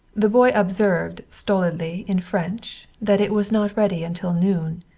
the boy observed stolidly, in french, that it was not ready until noon.